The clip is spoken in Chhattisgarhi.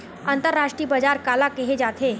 अंतरराष्ट्रीय बजार काला कहे जाथे?